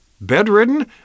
bedridden